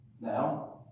Now